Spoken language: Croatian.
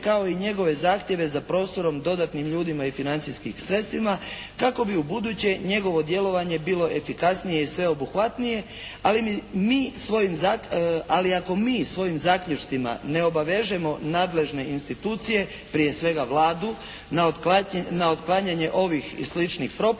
kao i njegove zahtjeve za prostorom, dodatnim ljudima i financijskim sredstvima kako bi ubuduće njegovo djelovanje bilo efikasnije i sveobuhvatnije. Ali ako mi svojim zaključcima ne obavežemo nadležne institucije prije svega Vladu na otklanjanje ovih i sličnih propusta,